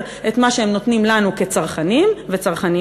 את מה שהם נותנים לנו כצרכנים וצרכניות,